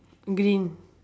green